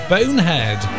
Bonehead